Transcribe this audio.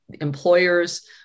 employers